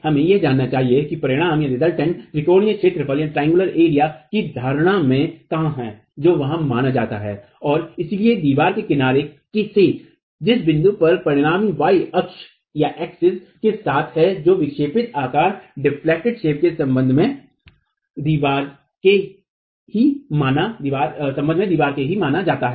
हमें यह जानना चाहिए कि परिणामी त्रिकोणीय क्षेत्रफल की धारणा में कहां है जो वहाँ माना जाता है और इसलिए दीवार के किनारे से जिस बिंदु पर परिणामी y अक्ष के साथ है जो विक्षेपित आकार के संबंध में दीवार के ही माना जाता है